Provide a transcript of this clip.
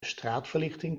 straatverlichting